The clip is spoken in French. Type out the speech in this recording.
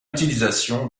utilisation